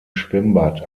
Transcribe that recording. schwimmbad